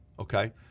Okay